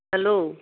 hello